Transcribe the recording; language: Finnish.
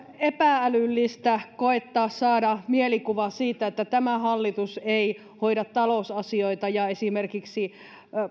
epä älyllistä koettaa saada mielikuva siitä että tämä hallitus ei hoida talousasioita ja esimerkiksi